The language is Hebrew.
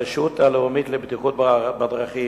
הרשות הלאומית לבטיחות בדרכים,